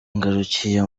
ngarukiye